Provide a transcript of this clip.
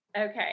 okay